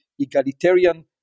egalitarian